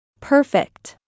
Perfect